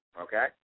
okay